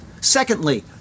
Secondly